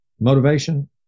motivation